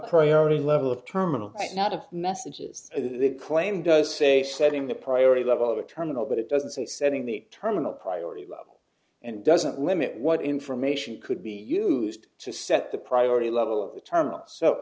primary level of terminal and not of messages the claim does say setting the priority level of a terminal but it doesn't say setting the terminal priority and doesn't limit what information could be used to set the priority level of the terminal so